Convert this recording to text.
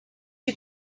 you